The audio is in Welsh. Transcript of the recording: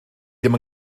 ddim